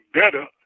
better